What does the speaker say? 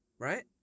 Right